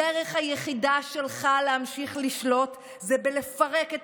הדרך היחידה שלך להמשיך לשלוט זה בלפרק את